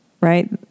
right